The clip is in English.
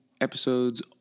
episodes